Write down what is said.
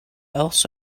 else